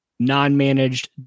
non-managed